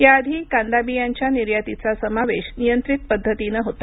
याआधी कांदा बियांच्या निर्यातीचा समावेश नियंत्रित पद्धतीनं होता